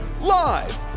live